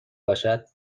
باشد